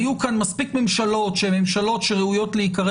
היו כאן מספיק ממשלות שראויות להיקרא